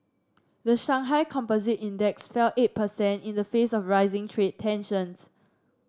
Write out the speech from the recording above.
the Shanghai Composite Index fell eight present in the face of rising trade tensions